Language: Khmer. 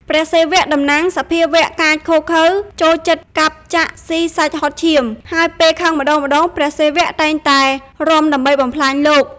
ព្រះសិវៈតំណាងសភាវៈកាចឃោរឃៅ ចូលចិត្តកាប់ចាក់ ស៊ីសាច់ហុតឈាម ហើយពេលខឹងម្តងៗព្រះសិវៈតែងតែរាំដើម្បីបំផ្លាញលោក។